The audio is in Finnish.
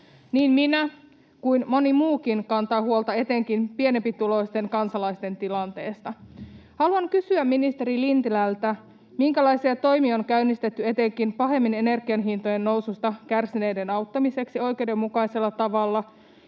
Niin minä kuin moni muukin kantaa huolta etenkin pienempituloisten kansalaisten tilanteesta. Haluan kysyä ministeri Lintilältä: minkälaisia toimia on käynnistetty etenkin pahemmin energian hintojen noususta kärsineiden auttamiseksi oikeudenmukaisella tavalla,